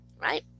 right